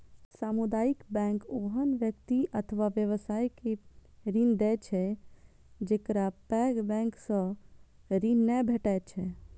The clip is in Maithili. सामुदायिक बैंक ओहन व्यक्ति अथवा व्यवसाय के ऋण दै छै, जेकरा पैघ बैंक सं ऋण नै भेटै छै